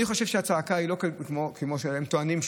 אני חושב שהצעקה היא כמו שהם טוענים.